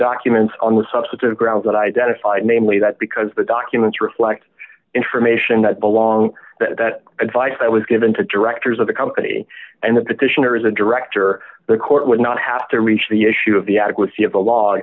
documents on the substantive grounds that identified namely that because the documents reflect information that belong to that advice that was given to directors of the company and the petitioner is a director the court would not have to reach the issue of the adequacy of the law